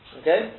Okay